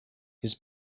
his